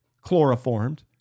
chloroformed